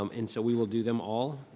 um and so, we will do them all.